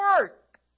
work